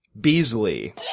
Beasley